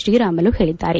ಶ್ರೀರಾಮುಲು ಹೇಳಿದ್ದಾರೆ